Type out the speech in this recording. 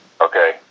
Okay